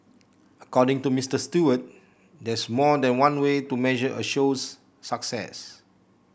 according to Mister Stewart there's more than one way to measure a show's success